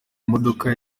modoka